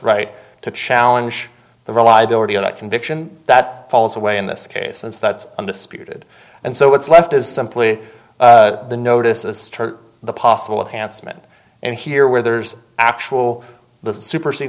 right to challenge the reliability of that conviction that falls away in this case since that's undisputed and so what's left is simply the notices the possible hants meant and here where there's actual the supersed